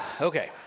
Okay